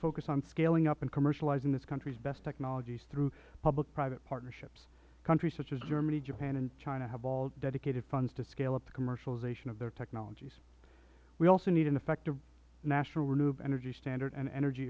focus on scaling up and commercializing this country's best technologies through public private partnerships countries such as germany japan and china have all dedicated funds to scale up the commercialization of their technologies we also need an effective national renewable electricity standard and energy